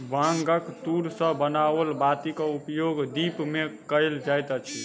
बांगक तूर सॅ बनाओल बातीक उपयोग दीप मे कयल जाइत अछि